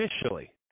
officially